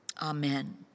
Amen